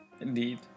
Indeed